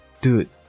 Dude